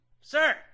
Sir